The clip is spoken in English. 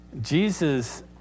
Jesus